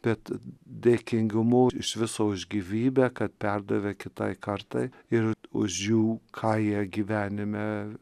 bet dėkingumu iš viso už gyvybę kad perdavė kitai kartai ir už jų ką jie gyvenime